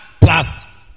plus